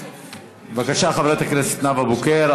חברת הכנסת נאוה בוקר.